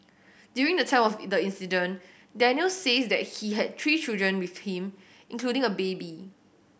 during the time of the incident Daniel says that he had three children with him including a baby